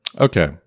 Okay